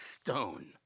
stone